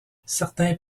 certains